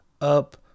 up